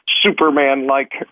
Superman-like